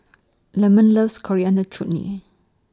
Lemon loves Coriander Chutney